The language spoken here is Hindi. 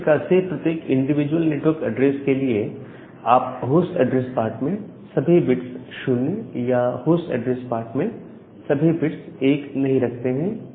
तो इस प्रकार से प्रत्येक इंडिविजुअल नेटवर्क एड्रेस के लिए आप होस्ट एड्रेस पार्ट में सभी बिट्स 0 या होस्ट एड्रेस पार्ट में सभी बिट्स 1 नहीं रखते हैं